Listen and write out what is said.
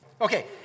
Okay